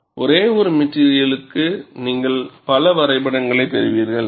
ஒரு ஒரே மெட்டிரியலுக்கு நீங்கள் பல வரைபடங்களைப் பெறுவீர்கள்